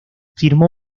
firmó